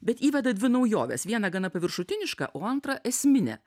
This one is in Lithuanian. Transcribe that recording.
bet įveda dvi naujoves vieną gana paviršutinišką o antrą esminę